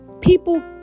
people